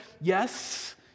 Yes